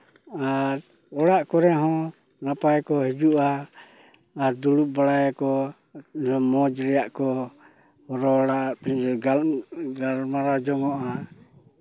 ᱟᱨ ᱚᱲᱟᱜ ᱠᱚᱨᱮ ᱦᱚᱸ ᱱᱟᱯᱟᱭ ᱜᱮᱠᱚ ᱦᱤᱡᱩᱜᱼᱟ ᱟᱨ ᱫᱩᱲᱩᱵ ᱵᱟᱲᱟᱭᱟᱠᱚ ᱟᱨ ᱢᱚᱡᱽ ᱨᱮᱭᱟᱜ ᱠᱚ ᱨᱚᱲᱟ ᱜᱟᱞᱢᱟᱨᱟᱣ ᱡᱚᱝᱼᱚᱜᱼᱟ